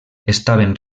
estaven